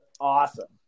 awesome